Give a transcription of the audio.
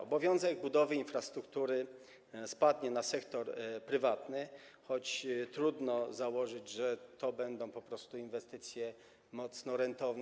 Obowiązek budowy infrastruktury spadnie na sektor prywatny, choć trudno założyć, że będą to po prostu inwestycje mocno rentowne.